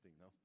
No